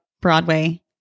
Broadway